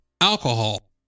alcohol